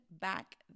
back